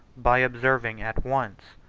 by observing at once,